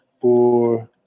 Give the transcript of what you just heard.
four